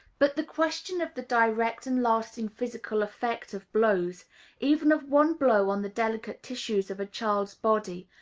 but the question of the direct and lasting physical effect of blows even of one blow on the delicate tissues of a child's body,